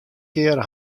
kear